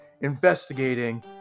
investigating